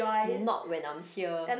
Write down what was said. not when I'm here